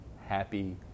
happy